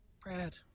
Brad